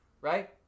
right